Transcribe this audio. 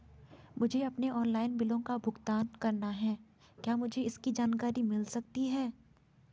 मुझे अपने ऑनलाइन बिलों का भुगतान करना है क्या मुझे इसकी जानकारी मिल सकती है?